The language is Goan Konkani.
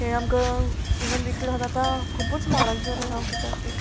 तें आमकां इवन विकल्यार आतां खुबूच म्हारग जाल्या गांवटी तांतीं